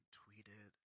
tweeted